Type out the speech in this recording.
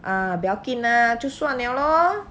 ah buey hiao kin lah 就算 liao lor